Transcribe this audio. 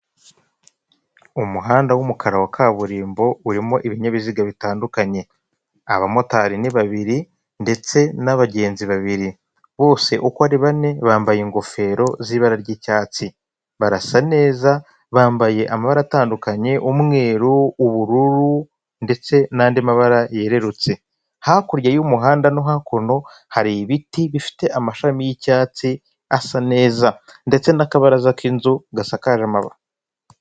Umuhanda w'umukara wa kaburimbo urimo ibinyabiziga bitandukanye, abamotari ni babiri ndetse n'abagenzi babiri, bose uko ari bane bambaye ingofero z'ibara ry'icyatsi barasa neza bambaye amabara atandukanye umweru, ubururu ndetse n'andi mabara yererutse, hakurya y'umuhanda no hakuno hari ibiti bifite amashami y'icyatsi asa neza ndetse n'akabaraza k'inzu gasakaje amabati.